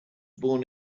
born